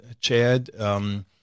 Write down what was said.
Chad